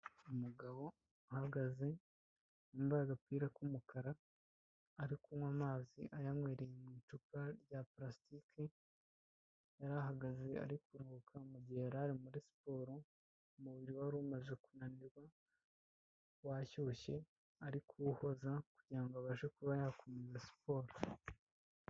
Umugabo ahagaze wambaye agapira k'umukara ari kunywa amazi ayanywereye mu icupa rya purasitike, yari ahagaze ari kuruhuka mu gihe yari ari muri siporo, umubiri wari umaze kunanirwa, washyushye, ari kuwuhoza kugira ngo abashe kuba yakomeza siporo.